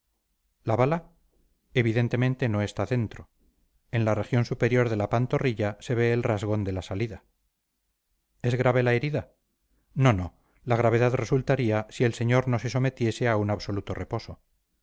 la bala evidentemente no está dentro en la región superior de la pantorrilla se ve el rasgón de la salida es grave la herida no no la gravedad resultaría si el señor no se sometiese a un absoluto reposo